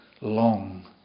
long